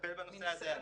מטפל בנושא הזה,